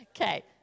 Okay